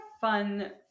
fun